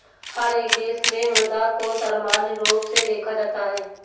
हर एक देश में मुद्रा को सर्वमान्य रूप से देखा जाता है